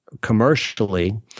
commercially